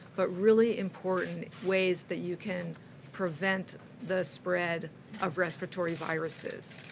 but really important ways that you can prevent the spread of respiratory viruses.